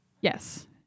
Yes